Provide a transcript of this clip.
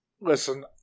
listen